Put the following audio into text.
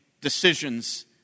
decisions